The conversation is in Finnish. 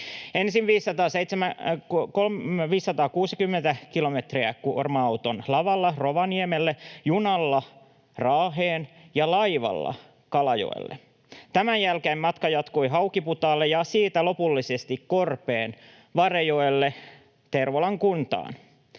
Ensin 560 kilometriä kuorma-auton lavalla Rovaniemelle, junalla Raaheen ja laivalla Kalajoelle. Tämän jälkeen matka jatkui Haukiputaalle ja siitä lopullisesti korpeen Varejoelle Tervolan kuntaan.